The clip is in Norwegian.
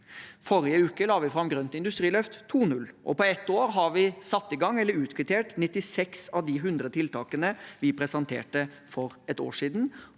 Forrige uke la vi fram Grønt industriløft 2.0. Og på ett år har vi satt i gang eller utkvittert 96 av de 100 tiltakene vi presenterte for et år siden.